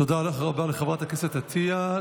תודה רבה לחברת הכנסת עטייה.